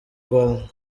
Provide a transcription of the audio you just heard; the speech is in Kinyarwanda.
rwanda